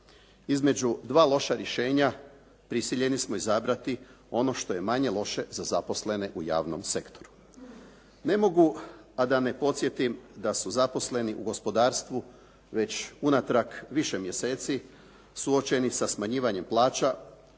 Između dva loša rješenja, prisiljeni smo izabrati ono što je manje loše za zaposlene u javnom sektoru. Ne mogu, a da ne podsjetim da su zaposleni u gospodarstvu već unatrag više mjeseci suočeni sa smanjivanjem plaća,